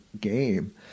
game